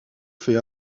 fait